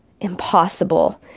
impossible